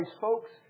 folks